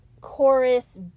chorus